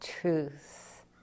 truth